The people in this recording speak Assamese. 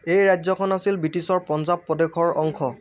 এই ৰাজ্যখন আছিল ব্ৰিটিছৰ পঞ্জাৱ প্ৰদেশৰ অংশ